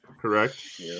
Correct